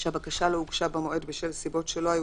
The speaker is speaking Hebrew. שהבקשה לא הוגשה במועד בשל סיבות שלא היו